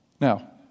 Now